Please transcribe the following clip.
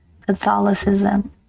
Catholicism